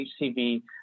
HCV